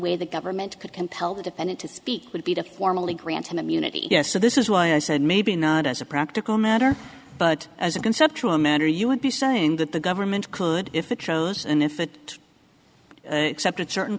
way the government could compel the defendant to speak would be to formally grant him immunity so this is why i said maybe not as a practical matter but as a conceptual matter you would be saying that the government could if it chose and if it except at certain